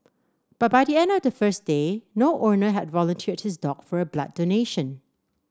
but by the end of the first day no owner had volunteered his dog for a blood donation